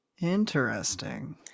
Interesting